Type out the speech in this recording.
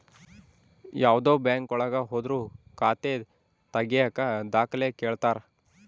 ಯಾವ್ದೇ ಬ್ಯಾಂಕ್ ಒಳಗ ಹೋದ್ರು ಖಾತೆ ತಾಗಿಯಕ ದಾಖಲೆ ಕೇಳ್ತಾರಾ